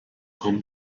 home